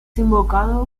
invocado